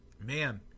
Man